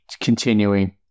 continuing